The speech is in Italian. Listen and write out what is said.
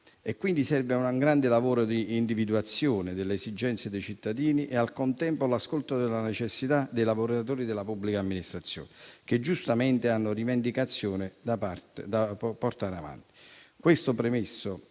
quindi un grande lavoro di individuazione delle esigenze dei cittadini e, al contempo, l'ascolto della necessità dei lavoratori della pubblica amministrazione, che giustamente hanno rivendicazioni da portare avanti. Questo premesso,